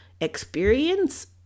experience